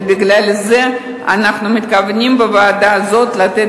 ובגלל זה אנחנו מתכוונים בוועדה הזאת לתת